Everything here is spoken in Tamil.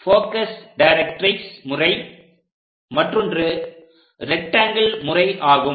போகஸ் டைரக்ட்ரிக்ஸ் முறை மற்றொன்று ரெக்ட்டாங்கில் முறை ஆகும்